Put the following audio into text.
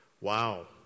Wow